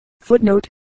footnote